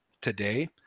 today